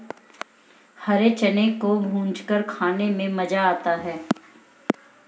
हरे चने को भूंजकर खाने में मज़ा आता है